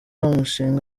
umushinga